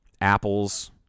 Apples